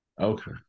Okay